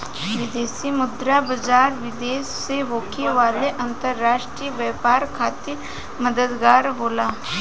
विदेशी मुद्रा बाजार, विदेश से होखे वाला अंतरराष्ट्रीय व्यापार खातिर मददगार होला